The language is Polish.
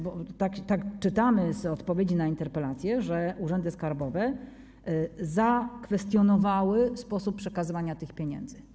Bo czytamy w odpowiedzi na interpelację, że urzędy skarbowe zakwestionowały sposób przekazywania tych pieniędzy.